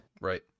Right